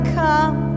come